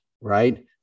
right